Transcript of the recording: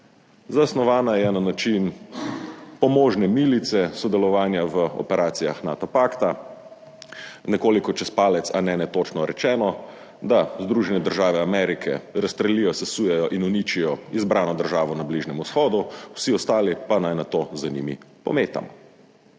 Zasnovana je na način pomožne milice sodelovanja v operacijah Nato pakta, nekoliko čez palec, a ne netočno rečeno, da Združene države Amerike razstrelijo, sesujejo in uničijo izbrano državo na Bližnjem vzhodu, vsi ostali pa naj nato za njimi pometamo.